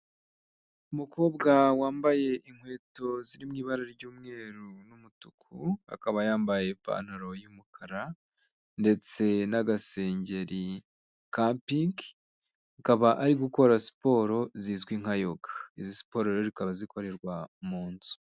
Umukobwa wambaye inkweto ziri mu ibara ry'umweru n'umutuku akaba yambaye ipantaro y'umukara ndetse n'agasengeri ka pinki akaba ari gukora siporo zizwi nka yoga, izi siporo rero zikaba zikorerwa mu nzu.